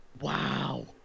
Wow